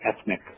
ethnic